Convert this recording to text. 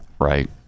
right